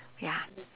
ya